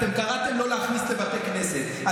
אתם קראתם לא להכניס לבתי כנסת,